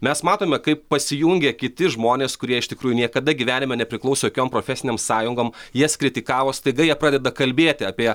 mes matome kaip pasijungia kiti žmonės kurie iš tikrųjų niekada gyvenime nepriklausė jokiom profesinėm sąjungom jas kritikavo staiga jie pradeda kalbėti apie